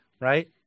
right